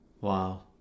Wow